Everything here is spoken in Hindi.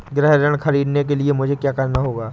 गृह ऋण ख़रीदने के लिए मुझे क्या करना होगा?